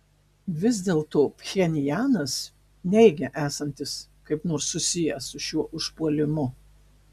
vis dėlto pchenjanas neigia esantis kaip nors susijęs su šiuo užpuolimu